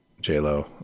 J-Lo